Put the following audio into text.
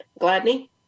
Gladney